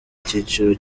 icyiciro